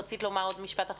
עדי, בבקשה.